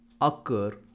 occur